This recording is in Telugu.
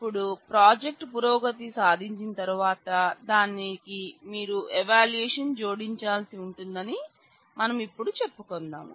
ఇప్పుడు ప్రాజెక్ట్ పురోగతి సాధించిన తరువాత దానికి మీరు ఎవాల్యూయేషన్ జోడించాల్సి ఉంటుందని మనం ఇప్పుడు చెప్పుకుందాం